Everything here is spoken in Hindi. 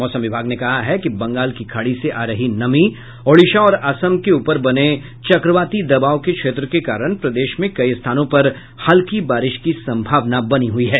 मौसम विभाग ने कहा है कि बंगाल की खाड़ी से आ रही नमी ओड़िशा और असम के ऊपर बने चक्रवाती दबाव के क्षेत्र के कारण प्रदेश में कई स्थानों पर हल्की बारिश की संभावना बनी हुयी है